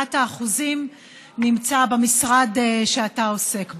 במאת האחוזים נמצא במשרד שאתה עוסק בו.